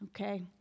Okay